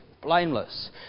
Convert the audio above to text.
blameless